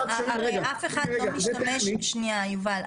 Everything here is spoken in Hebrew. שנייה, יובל.